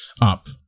up